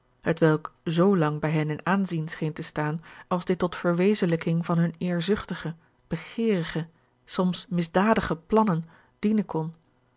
hetwelk zoo lang bij hen in aanzien scheen te staan als dit tot verwezenlijking van hunne eerzuchtige begeerige soms misdadige plannen dienen kon